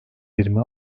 yirmi